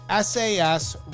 SAS